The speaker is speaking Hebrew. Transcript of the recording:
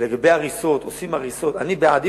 לגבי הריסות, אני בעד.